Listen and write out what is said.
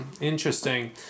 Interesting